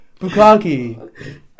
Bukaki